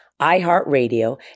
iHeartRadio